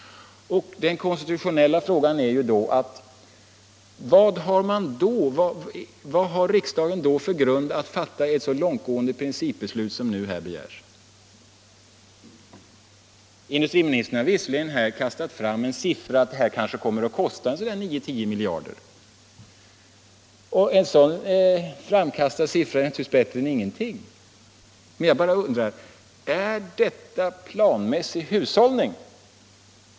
Och den konstitutionella frågan blir då: Vad har riksdagen för grund att fatta ett så långtgående principbeslut som här begärs? Visserligen har industriministern här kastat fram en siffra — han säger att det här kanske kommer att kosta omkring 9-10 miljarder — och en sådan framkastad siffra är naturligtvis bättre än ingenting, men jag bara undrar om detta är planmässig hushållning.